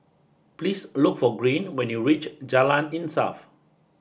please look for Green when you reach Jalan Insaf